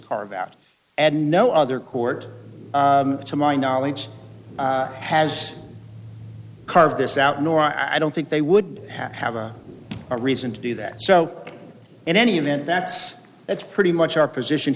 carve out and no other court to my knowledge has carved this out nor i don't think they would have a reason to do that so in any event that's that's pretty much our position